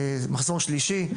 מחזור שלישי,